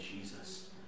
Jesus